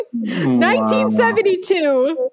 1972